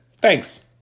Thanks